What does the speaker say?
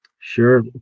sure